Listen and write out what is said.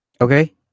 Okay